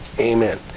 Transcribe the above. Amen